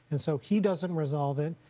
and so he doesn't resolve it.